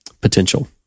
potential